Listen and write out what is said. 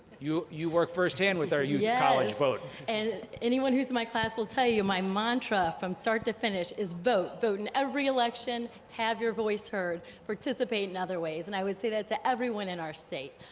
you you work first hand with our youth yeah college vote. and anyone who's in my class will tell you, my mantra from start to finish is vote, vote in every election, have your voice heard, participate in other ways. and i would say that to everyone in our state.